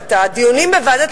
את הדיונים בוועדת הכספים,